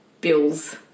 Bill's